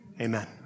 Amen